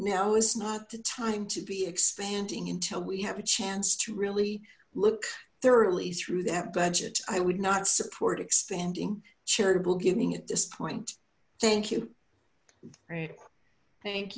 now it's not the time to be expanding until we have a chance to really look thoroughly through that budget i would not support expanding charitable giving at this point thank you